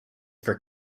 for